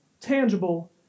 tangible